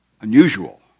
unusual